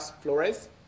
Flores